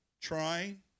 trying